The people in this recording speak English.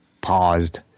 paused